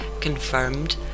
confirmed